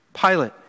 Pilate